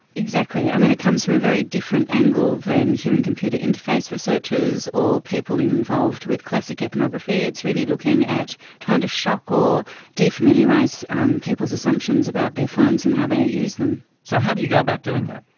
exactly. i mean, it comes from a very different angle than human computer interface researchers or people involved with classic ethnography. it's really looking at trying to shock or de-familiarise um people's assumptions about their phones and how they use them. so how do you go about doing that?